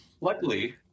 luckily